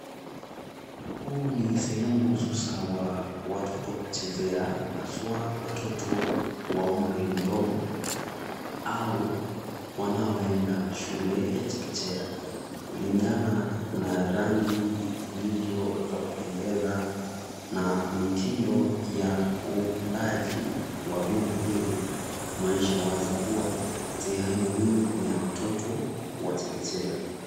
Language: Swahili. Huu ni sehemu hususan wa watoto kuchezea haswa watoto wa umri mdogo au wanaoenda shule ya chekechea. Kulingana na rangi zilivyo za kupendeza na mitindo ya uundaji wa vyombo hivi unaonyesha wazi kuwa sehemu hii ni ya watoto wa chekechea.